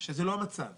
שזה לא המצב